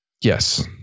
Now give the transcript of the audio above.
Yes